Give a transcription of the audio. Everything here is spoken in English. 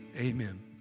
Amen